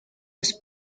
los